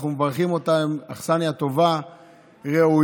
אנחנו מברכים אותם, הם אכסניה טובה וראויה.